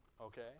Okay